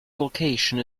location